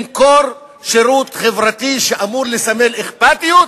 למכור שירות חברתי, שאמור לסמל אכפתיות,